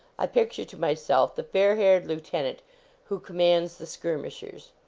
i picture to myself the fair-haired lieutenant who commands the skirmishers.